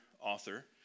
author